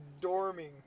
dorming